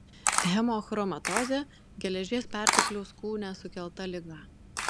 hemochromatozė geležies pertekliaus kūne sukelta liga